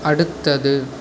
அடுத்தது